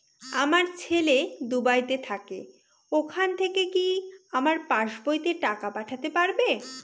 আমার ছেলে দুবাইতে থাকে ওখান থেকে কি আমার পাসবইতে টাকা পাঠাতে পারবে?